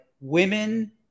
women